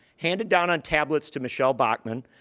handed down on tablets to michele bachmann.